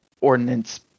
ordinance